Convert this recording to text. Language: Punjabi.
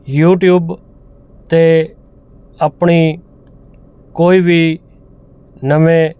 ਯੂਟਿਊਬ 'ਤੇ ਆਪਣੀ ਕੋਈ ਵੀ ਨਵੇਂ